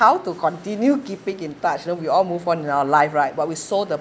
how to continue keep it in touch you know we all move on with our life right but we sold the